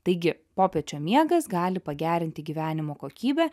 taigi popiečio miegas gali pagerinti gyvenimo kokybę